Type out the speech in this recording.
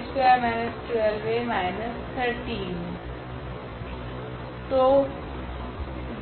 तो 𝐴2−12𝐴−13 तो